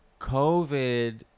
COVID